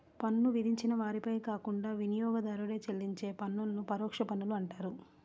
పన్ను విధించిన వారిపై కాకుండా వినియోగదారుడే చెల్లించే పన్నులను పరోక్ష పన్నులు అంటారు